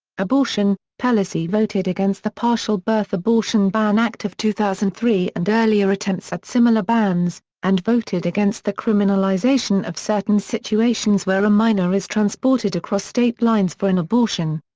abortion pelosi voted against the partial-birth abortion ban act of two thousand and three and earlier attempts at similar bans, and voted against the criminalization of certain situations where a minor is transported across state lines for an abortion.